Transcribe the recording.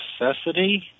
necessity